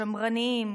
שמרנים,